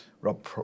Rob